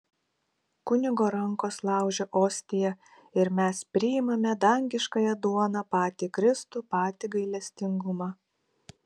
kunigo rankos laužia ostiją ir mes priimame dangiškąją duoną patį kristų patį gailestingumą